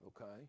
okay